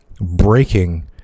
breaking